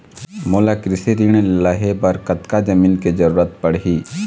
मोला कृषि ऋण लहे बर कतका जमीन के जरूरत पड़ही?